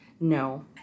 No